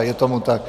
Je tomu tak.